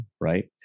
right